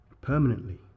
permanently